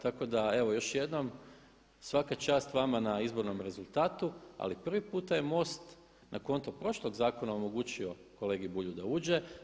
Tako da evo još jednom svaka čast vama na izbornom rezultatu ali prvi puta je MOST na konto prošlog zakona omogućio kolegi Bulju da uđe.